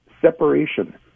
Separation